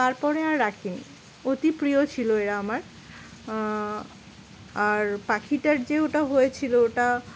তারপরে আর রাখিনি অতি প্রিয় ছিল এরা আমার আর পাখিটার যে ওটা হয়েছিলো ওটা